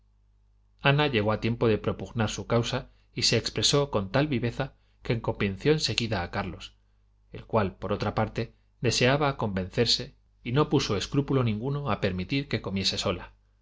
ana llegó a tiempo de propugnar su causa y se expresó con tal viveza que convenció eoi seguida a garlos el cual por otra parte deseaba convencerse y no puso escrúpulo ninguno a permitir que comiese sola